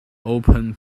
open